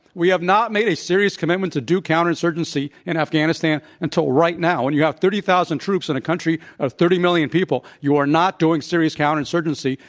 we have not made a serious commitment to do counterinsurgency in afghanistan until right now. when and you have thirty thousand troops in a country of thirty million people, you are not doing serious counterinsurgency,